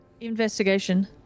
Investigation